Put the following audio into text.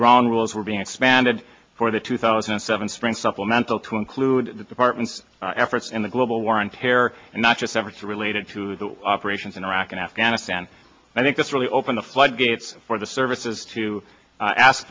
ground rules we're being expanded for the two thousand and seven spring supplemental to include the department's efforts in the global war on terror and not just ever to related to the operations in iraq and afghanistan i think it's really open the floodgates for the services to ask